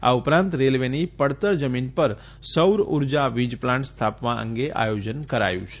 આ ઉપરાંત રેલવેની પડતર જમીન પર સૌરઉજાં વીજપ્લાન્ટ સ્થાપવા અંગે આયોજન કરાયું છે